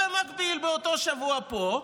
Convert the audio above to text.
במקביל, באותו שבוע פה,